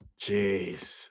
Jeez